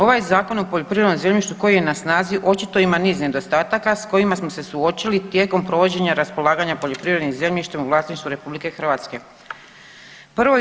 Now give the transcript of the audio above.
Ovaj Zakon o poljoprivrednom zemljištu koji je na snazi očito ima niz nedostataka s kojima smo se suočili tijekom provođenja raspolaganja poljoprivrednim zemljištem u vlasništvu Republike Hrvatske.